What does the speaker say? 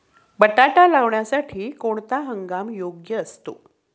बटाटा लावण्यासाठी कोणता हंगाम योग्य असतो?